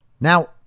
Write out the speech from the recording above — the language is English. Now